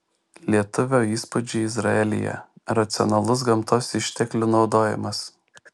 lietuvio įspūdžiai izraelyje racionalus gamtos išteklių naudojimas